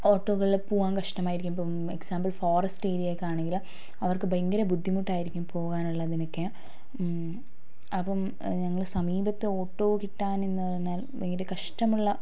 ഓട്ടോകളിൽ പോകാൻ കഷ്ട്ടമായിരിക്കും ഇപ്പം എക്സാമ്പിൽ ഫോറസ്റ്റ് ഏരിയ ഒക്കെ ആണെങ്കിൽ അവർക്ക് ഭയങ്കര ബുദ്ധിമുട്ടായിരിക്കും പോവാനുള്ളതിനൊക്കെ അപ്പം ഞങ്ങൾ സമീപത്ത് ഓട്ടോ കിട്ടാനെന്ന് പറഞ്ഞാൽ ഭയങ്കര കഷ്ട്ടമുള്ള